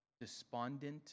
despondent